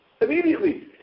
immediately